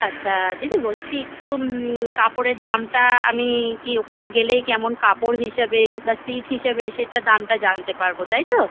আচ্ছা দিদি বলছি একটু কাপড়ের দামটা আমি কী ওখানে গেলেই কেমন কাপড় হিসাবে বা ছিট হিসাবে সেটা দামটা জানতে পারবো তাই তো